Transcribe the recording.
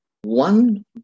one